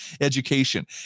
education